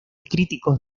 críticos